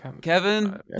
Kevin